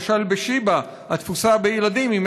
למשל בשיבא התפוסה בילדים היא